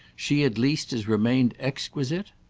she at least has remained exquisite?